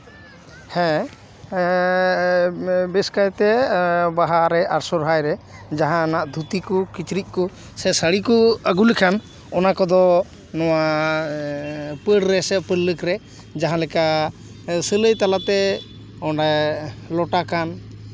ᱦᱮᱸ ᱵᱮᱥ ᱠᱟᱭᱛᱮ ᱵᱟᱦᱟᱨᱮ ᱥᱚᱨᱦᱟᱭ ᱨᱮ ᱡᱟᱦᱟᱱᱟᱜ ᱫᱷᱩᱛᱤ ᱠᱚ ᱠᱤᱪᱨᱤᱡ ᱠᱚ ᱥᱮ ᱥᱟᱹᱲᱤ ᱠᱚ ᱟᱹᱜᱩ ᱞᱮᱠᱷᱟᱱ ᱚᱱᱟ ᱠᱚᱫᱚ ᱱᱚᱣᱟ ᱯᱟᱹᱲ ᱨᱮᱥᱮ ᱯᱟᱹᱲᱞᱟᱹᱠ ᱨᱮ ᱡᱟᱦᱟᱸ ᱞᱮᱠᱟ ᱥᱤᱞᱟᱹᱭ ᱛᱟᱞᱟᱛᱮ ᱚᱱᱮ ᱞᱚᱴᱟ ᱠᱟᱱ